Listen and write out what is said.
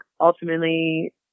ultimately